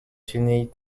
silniej